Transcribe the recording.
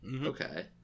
Okay